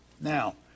Now